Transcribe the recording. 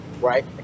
right